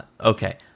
Okay